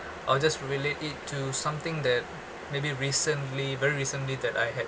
I will just relate it to something that maybe recently very recently that I had